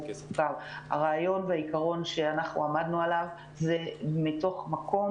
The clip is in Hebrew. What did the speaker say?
הרעיון והעיקרון שאנחנו עמדנו עליו זה מתוך מקום